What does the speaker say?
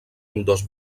ambdós